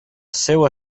seu